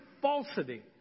falsity